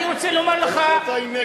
אנחנו בינתיים נגד.